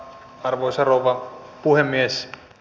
arvoisa rouva puhemies